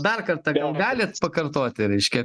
dar kartą gal galit pakartoti reiškia